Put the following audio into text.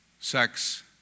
sex